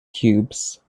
cubes